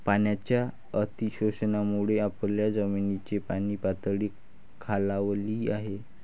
पाण्याच्या अतिशोषणामुळे आपल्या जमिनीची पाणीपातळी खालावली आहे